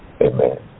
Amen